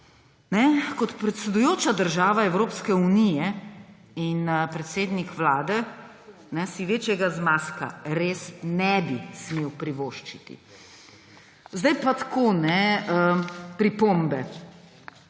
Kot predsedujoča država Evropske unije in predsednik Vlade si večjega zmazka res ne bi smeli privoščiti. Zdaj pa tako. Pripombe: